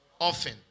often